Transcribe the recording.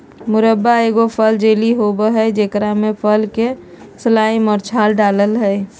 मुरब्बा एगो फल जेली होबय हइ जेकरा में फल के स्लाइस और छाल डालय हइ